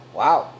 wow